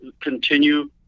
continue